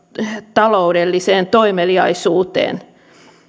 taloudelliseen toimeliaisuuteen